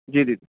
जी दीदी